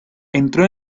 entró